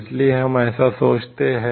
इसलिए हम ऐसा सोचते हैं